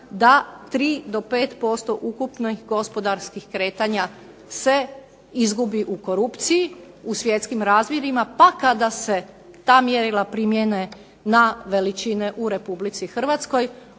do pet posto ukupnih gospodarskih kretanja se izgubi u korupciji u svjetskim razmjerima. Pa kada se ta mjerila primijene na veličine u Republici Hrvatskoj